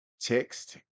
text